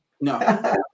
No